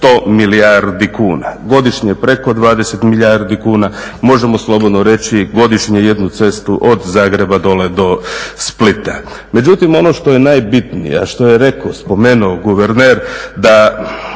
100 milijardi kuna. Godišnje preko 20 milijardi kuna. Možemo slobodno reći godišnje jednu cestu od Zagreba dole do Splita. Međutim, ono što je najbitnije a što je rekao, spomenuo guverner da